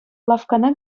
лавккана